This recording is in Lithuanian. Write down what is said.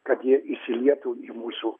kad jie įsilietų į mūsų